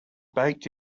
baked